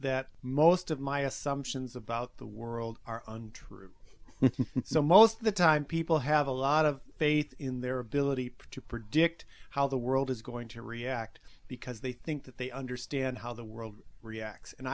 that most of my assumptions about the world are true so most of the time people have a lot of faith in their ability to predict how the world is going to react because they think that they understand how the world reacts and